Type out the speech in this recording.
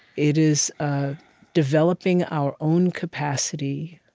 it is developing our own capacity